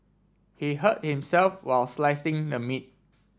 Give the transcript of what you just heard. he hurt himself while slicing the meat